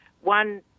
one